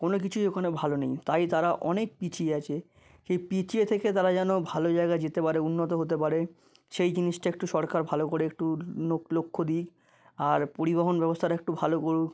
কোনো কিছুই ওখানে ভালো নেই তাই তারা অনেক পিছিয়ে আছে সেই পিছিয়ে থেকে তারা যেন ভালো জায়গায় যেতে পারে উন্নত হতে পারে সেই জিনিসটা একটু সরকার ভালো করে একটু লক্ষ্য দিক আর পরিবহণ ব্যবস্থাটা একটু ভালো করুক